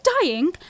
dying